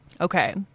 Okay